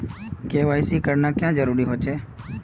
KYC करना क्याँ जरुरी होचे?